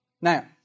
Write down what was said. Now